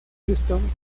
houston